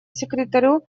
секретарю